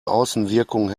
außenwirkung